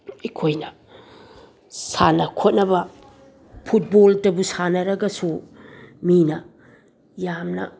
ꯑꯩꯈꯣꯏꯅ ꯁꯥꯟꯅ ꯈꯣꯠꯅꯕ ꯐꯨꯠꯕꯣꯜꯇꯕꯨ ꯁꯥꯟꯅꯔꯒꯁꯨ ꯃꯤꯅ ꯌꯥꯝꯅ